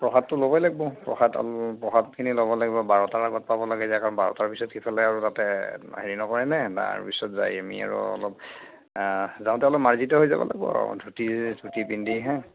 প্ৰসাদটো ল'বই লাগিব প্ৰসাদ প্ৰসাদখিনি ল'ব লাগিব বাৰটাৰ আগত পাব লাগে যে কাৰণ বাৰটাৰ পিছত সেইফালে আৰু তাতে হেৰি নকৰেনে তাৰপিছত যাই আমি আৰু অলপ যাওঁতে অলপ মাৰ্জিত হৈ যাব লাগিব আৰু ধূতি চুটি পিন্ধি হে